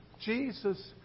Jesus